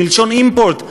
מלשון import,